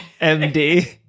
MD